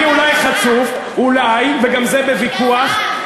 אני אולי חצוף, אולי, וגם זה בוויכוח, גזען.